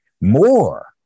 More